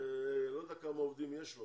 לא יודע כמה עובדים יש לו